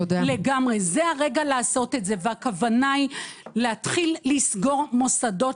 זה הרגע לעשות את זה והכוונה היא להתחיל לסגור מוסדות